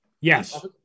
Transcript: Yes